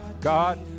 God